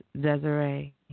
Desiree